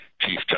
chief